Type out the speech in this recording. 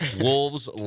Wolves